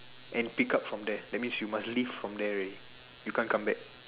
and pick up from there that means you must live from there already you can't come back